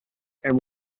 and